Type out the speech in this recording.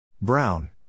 Brown